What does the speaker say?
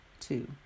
two